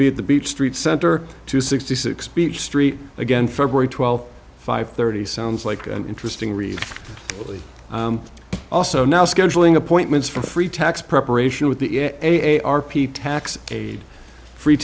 be at the beach street center to sixty six beach street again february twelfth five thirty sounds like an interesting read also now scheduling appointments for free tax preparation with the a a r p tax aide free